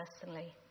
personally